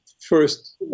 first